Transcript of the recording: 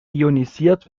ionisiert